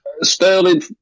Sterling